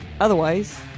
Otherwise